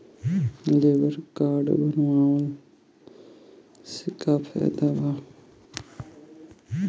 Labour card बनवाला से का फायदा बा?